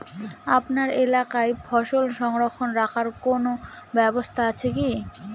আপনার এলাকায় ফসল সংরক্ষণ রাখার কোন ব্যাবস্থা আছে কি?